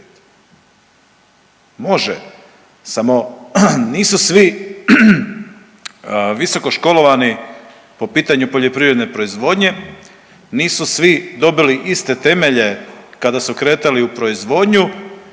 može, samo nisu svi visokoškolovani po pitanju poljoprivredne proizvodnje, nisu svi dobili iste temelje kada su kretali u proizvodnju